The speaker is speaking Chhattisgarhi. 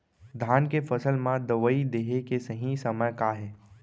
धान के फसल मा दवई देहे के सही समय का हे?